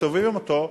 מסובבים אותו,